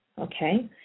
okay